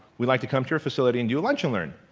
we'd like to come to your facility and do a lunch n' learn.